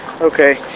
Okay